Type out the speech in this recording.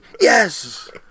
Yes